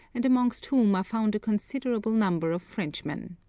and amongst whom are found a considerable number of frenchmen.